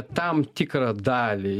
tam tikrą dalį